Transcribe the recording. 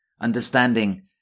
understanding